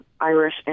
Irish